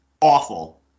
awful